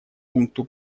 пункту